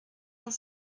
cent